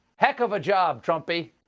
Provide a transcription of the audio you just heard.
heck of a job, trumpie.